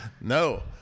no